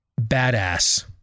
badass